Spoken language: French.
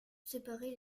séparer